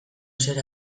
ezer